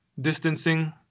distancing